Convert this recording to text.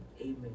amen